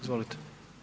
Izvolite.